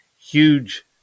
huge